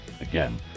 Again